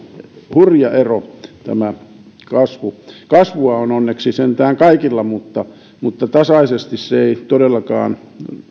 hurja ero kasvua on onneksi sentään kaikilla mutta mutta tasaisesti se ei todellakaan